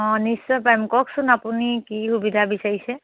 অঁ নিশ্চয় পাৰিম কওকচোন আপুনি কি সুবিধা বিচাৰিছে